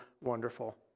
wonderful